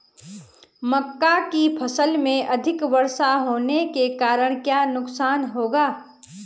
मक्का की फसल में अधिक वर्षा होने के कारण क्या नुकसान होगा?